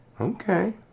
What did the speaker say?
Okay